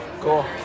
Cool